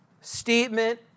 statement